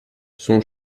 son